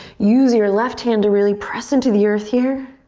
use your left hand to really press into the earth here.